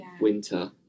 winter